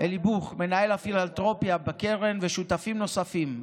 מנהל הפילנתרופיה בקרן, ושותפים נוספים,